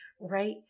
right